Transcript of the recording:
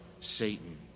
Satan